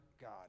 God